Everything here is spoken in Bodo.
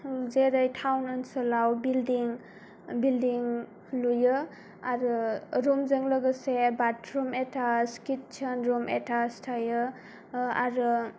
जोरै टाउन ओनसोलाव बिल्डिं बिल्डिं लुयो आरो रुमजों लोगोसे bathroom attach kitchen room attach थायो आरो